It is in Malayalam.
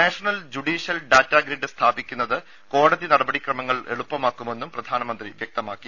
നാഷണൽ ജുഡീഷ്യൽ ഡാറ്റ ഗ്രിഡ് സ്ഥാപിക്കുന്നത് കോടതി നടപടിക്രമങ്ങൾ എളുപ്പമാക്കുമെന്നും പ്രധാനമന്ത്രി വ്യക്തമാക്കി